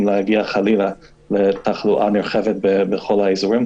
להגיע חלילה לתחלואה נרחבת בכל האזורים,